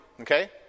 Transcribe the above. okay